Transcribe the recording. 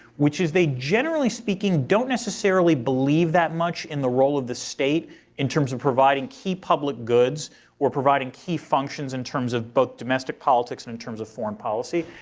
which is they, generally speaking, don't necessarily believe that much in the role of the state in terms of providing key public goods or providing key functions in terms of both domestic politics and in terms of foreign policy.